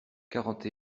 quarante